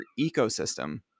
ecosystem